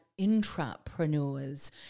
intrapreneurs